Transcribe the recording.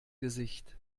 gesicht